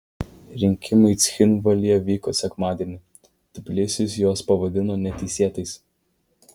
rinkimai cchinvalyje vyko sekmadienį tbilisis juos pavadino neteisėtais